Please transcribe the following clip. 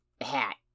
hat